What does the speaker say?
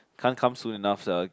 can't come soon enough sia